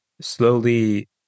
slowly